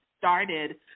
started